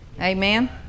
amen